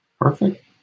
Perfect